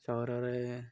ସହରରେ